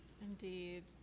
Indeed